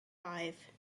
five